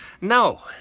No